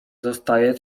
zostaje